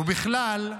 ובכלל,